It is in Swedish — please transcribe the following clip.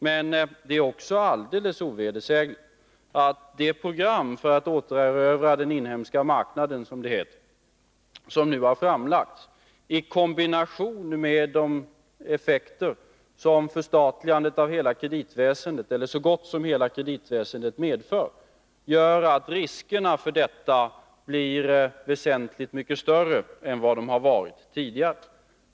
Men det är också alldeles ovedersägligt att det program för att återerövra den inhemska marknaden — som det heter — som nu har framlagts, i kombination med de effekter som förstatligandet av så gott som hela kreditväsendet medför, gör att riskerna för detta blir väsentligt mycket större än vad de har varit tidigare.